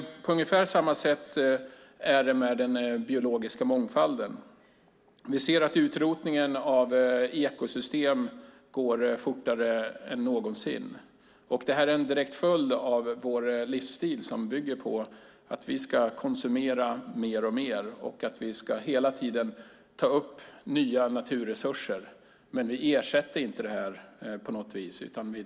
På ungefär samma sätt är det med den biologiska mångfalden. Vi ser att utrotningen av ekosystem går fortare än någonsin. Det är en direkt följd av vår livsstil som bygger på att vi konsumerar mer och mer och att vi hela tiden tar upp nya naturresurser, men vi ersätter dem inte på något vis.